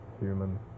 human